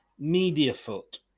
Mediafoot